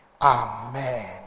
Amen